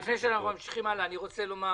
לפני שאנחנו ממשיכים הלאה אני רוצה לומר.